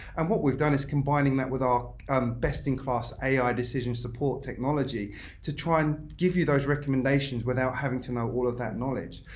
and what we've done is combining that with our best in class ai decision support technology to try and give you those recommendations without having to know all of that knowledge.